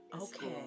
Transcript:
Okay